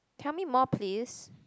tell me more please